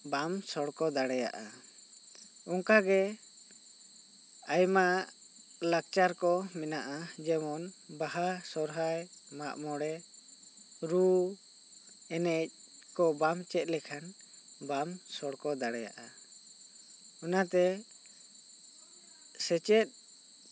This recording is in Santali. ᱵᱟᱢ ᱥᱚᱲᱠᱚ ᱫᱟᱲᱮᱭᱟᱜᱼᱟ ᱚᱱᱠᱟ ᱜᱮ ᱟᱭᱢᱟ ᱞᱟᱠᱪᱟᱨ ᱠᱚ ᱢᱮᱱᱟᱜᱼᱟ ᱡᱮ ᱡᱮᱱ ᱵᱟᱦᱟ ᱥᱚᱨᱦᱟᱭ ᱢᱟᱜ ᱢᱚᱬᱮ ᱨᱩ ᱮᱱᱮᱡ ᱠᱚ ᱵᱟᱢ ᱪᱮᱫ ᱞᱮᱠᱷᱟᱱ ᱵᱟᱢ ᱥᱚᱲᱠᱚ ᱫᱟᱲᱮᱭᱟᱜᱼᱟ ᱚᱱᱟᱛᱮ ᱥᱮᱪᱮᱫ